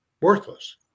worthless